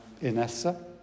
Inessa